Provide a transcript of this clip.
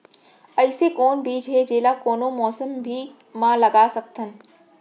अइसे कौन बीज हे, जेला कोनो मौसम भी मा लगा सकत हन?